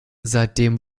seitdem